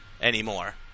anymore